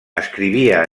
escrivia